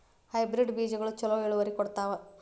Hybrid ಬೇಜಗೊಳು ಛಲೋ ಇಳುವರಿ ಕೊಡ್ತಾವ?